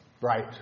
Right